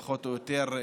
פחות או יותר,